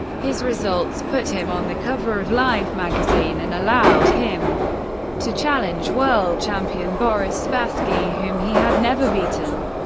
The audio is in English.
his results put him on the cover of life magazine, and allowed him to challenge world champion boris spassky, whom he had never beaten.